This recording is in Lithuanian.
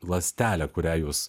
ląstelė kurią jūs